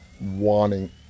wanting